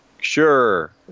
sure